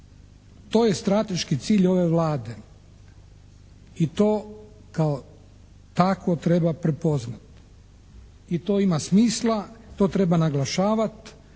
To je strateški cilj ove Vlade i to kao takvo treba prepoznati i to ima smisla, to treba naglašavati.